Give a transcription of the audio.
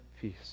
peace